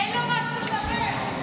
אין לו משהו לדבר.